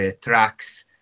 tracks